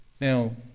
Now